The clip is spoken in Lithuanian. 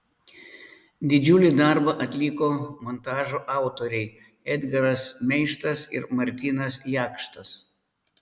didžiulį darbą atliko montažo autoriai edgaras meištas ir martynas jakštas